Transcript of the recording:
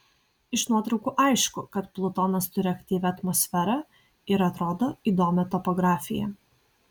iš nuotraukų aišku kad plutonas turi aktyvią atmosferą ir atrodo įdomią topografiją